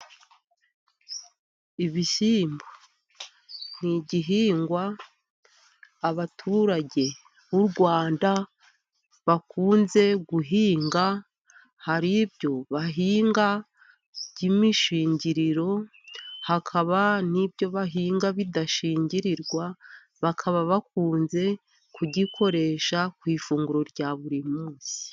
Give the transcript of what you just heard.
Ibishyimbo ni igihingwa abaturage b'u Rwanda bakunze guhinga. Hari ibyo bahinga by'imishingiriro, hakaba n'ibyo bahinga bidashingirirwa, bakaba bakunze kugikoresha ku ifunguro rya buri munsi.